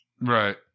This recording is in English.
Right